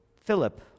Philip